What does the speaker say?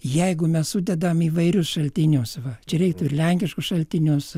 jeigu mes sudedam įvairius šaltinius va čia reiktų ir lenkiškus šaltinius